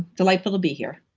delightful to be here